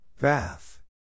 Bath